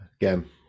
Again